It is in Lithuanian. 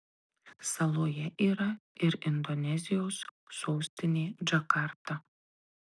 saloje yra ir indonezijos sostinė džakarta